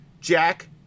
Jack